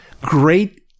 great